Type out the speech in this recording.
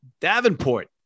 Davenport